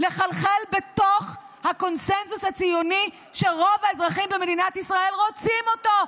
לחלחל בתוך הקונסנזוס הציוני שרוב האזרחים במדינת ישראל רוצים אותו,